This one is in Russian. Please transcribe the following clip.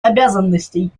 обязанностей